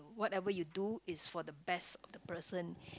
whatever you do is for the best of the person